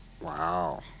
Wow